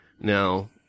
Now